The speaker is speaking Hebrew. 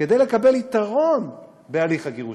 כדי לקבל יתרון בהליך הגירושין,